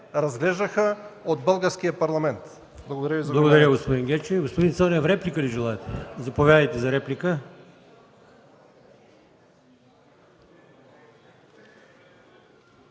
разглеждаха от българския Парламент.